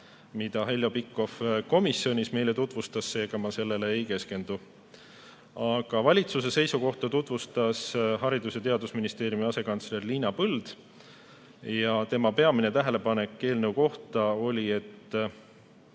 mida Heljo Pikhof komisjonis meile tutvustas, seega ma sellele ei keskendu. Valitsuse seisukohta tutvustas Haridus‑ ja Teadusministeeriumi asekantsler Liina Põld. Tema peamine tähelepanek eelnõu kohta oli, et